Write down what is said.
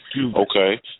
okay